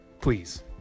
please